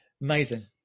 amazing